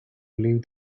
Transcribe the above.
leave